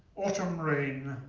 autumn rain.